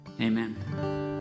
Amen